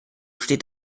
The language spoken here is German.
steht